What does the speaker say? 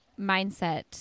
mindset